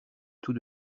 tout